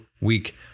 week